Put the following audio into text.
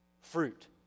Fruit